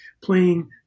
playing